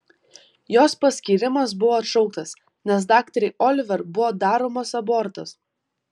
jos paskyrimas buvo atšauktas nes daktarei oliver buvo daromas abortas